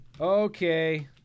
Okay